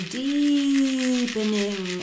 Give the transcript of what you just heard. deepening